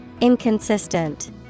Inconsistent